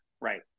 Right